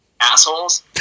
assholes